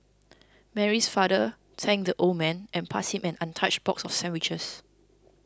Mary's father thanked the old man and passed him an untouched box of sandwiches